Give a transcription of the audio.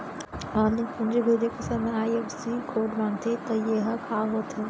Online पूंजी भेजे के समय आई.एफ.एस.सी कोड माँगथे त ये ह का होथे?